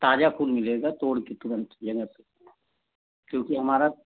ताज़ा फूल मिलेगा तोड़ कर तुरंत लेंगे तो क्योंकि हमारा